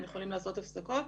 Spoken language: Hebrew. הם יכולים לעשות הפסקות,